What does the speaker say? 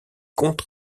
comptes